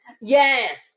Yes